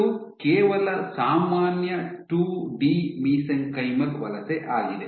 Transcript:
ಇದು ಕೇವಲ ಸಾಮಾನ್ಯ ಟೂಡಿ ಮಿಸೆಂಕೈಮಲ್ ವಲಸೆ ಆಗಿದೆ